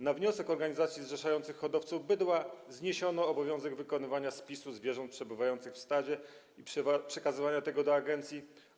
Na wniosek organizacji zrzeszających hodowców bydła zniesiono obowiązek wykonywania spisu zwierząt przebywających w stadzie i przekazywania tego do agencji.